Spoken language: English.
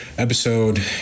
episode